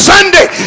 Sunday